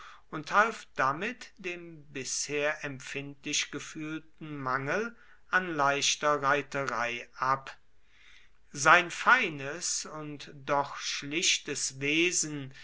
und half damit dem bisher empfindlich gefühlten mangel an leichter reiterei ab sein feines und doch schlichtes wesen